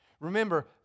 Remember